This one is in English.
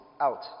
out